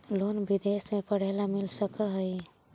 Loan विदेश में पढ़ेला मिल सक हइ?